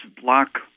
block